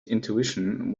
intuition